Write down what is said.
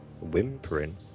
Whimpering